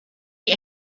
die